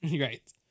Right